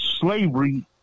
slavery